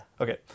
Okay